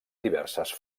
diverses